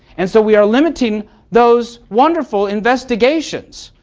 and so we are limiting those wonderful investigations,